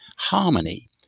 harmony